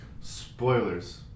Spoilers